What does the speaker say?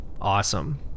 awesome